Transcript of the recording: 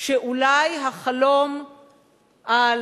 שאולי החלום על